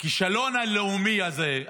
הכישלון הלאומי הזה,